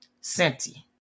senti